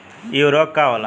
इ उर्वरक का होला?